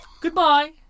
goodbye